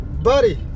Buddy